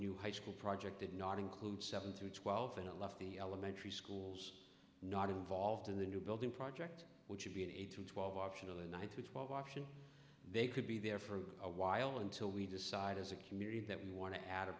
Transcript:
new high school project did not include seven through twelve and it left the elementary schools not involved in the new building project which would be an eight to twelve optional in one to twelve option they could be there for a while until we decide as a community that we want to add a